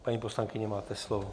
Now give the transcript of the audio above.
Paní poslankyně, máte slovo.